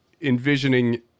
envisioning